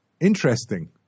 interesting